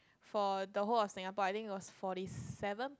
for the whole of Singapore I think was forty seven